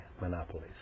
monopolies